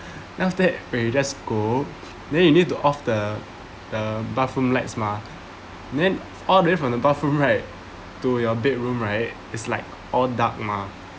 then after that when you just go then you need to off the the bathroom lights mah then all the way from the bathroom right to your bedroom right it's like all dark mah